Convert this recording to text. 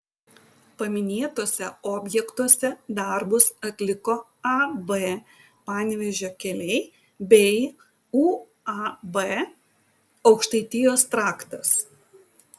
paminėtuose objektuose darbus atliko ab panevėžio keliai bei uab aukštaitijos traktas